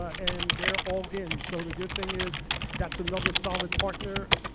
and they're all in. so the good thing is that's another solid partner.